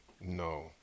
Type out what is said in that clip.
No